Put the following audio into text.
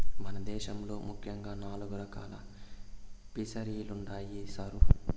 మన దేశంలో ముఖ్యంగా నాలుగు రకాలు ఫిసరీలుండాయి సారు